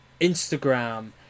Instagram